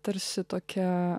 tarsi tokia